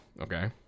okay